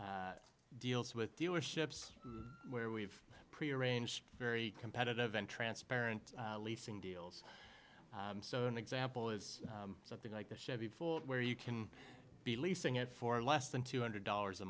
of deals with dealerships where we've prearranged very competitive and transparent leasing deals so an example is something like the chevy volt where you can be leasing it for less than two hundred dollars a